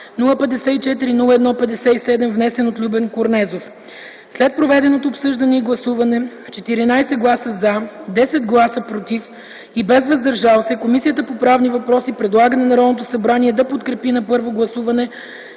054-01-57,внесен от Любен Корнезов. След проведеното обсъждане и гласуване с 14 гласа „за”, 10 гласа „против” и без „въздържал се”, Комисията по правни въпроси предлага на Народното събрание да подкрепи на първо гласуване